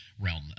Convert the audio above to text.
realm